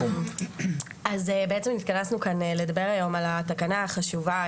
אז בעצם התכנסנו כאן לדבר היום על התקנה החשובה,